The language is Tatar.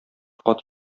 кат